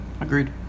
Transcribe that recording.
Agreed